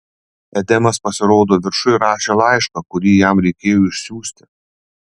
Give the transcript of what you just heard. edemas pasirodo viršuj rašė laišką kurį jam reikėjo išsiųsti